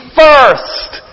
first